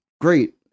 great